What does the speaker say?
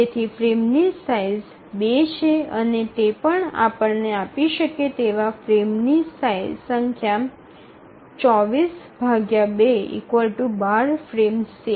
તેથી ફ્રેમની સાઇઝ ૨ છે અને તે પણ તે આપણને આપી શકે તેવા ફ્રેમ્સની સંખ્યા ૨૪૨ ૧૨ ફ્રેમ્સ છે